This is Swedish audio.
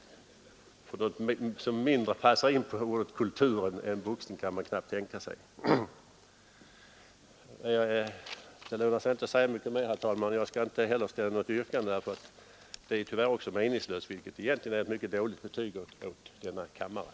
Något som mindre passar in under ordet ”kultur” kan man knappast tänka sig. Det lönar sig inte att säga mycket mer, herr talman. Jag skall inte heller ställa något yrkande. Det är tyvärr meningslöst — och det är egentligen ett mycket dåligt betyg för denna kammare.